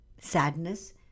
sadness